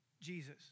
Jesus